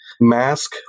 mask